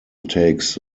takes